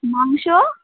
মাংস